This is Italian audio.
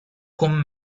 con